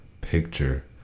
picture